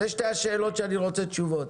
אלה שתי השאלות שעליהן אני רוצה תשובות.